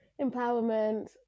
empowerment